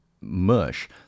Mush